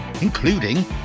including